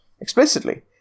explicitly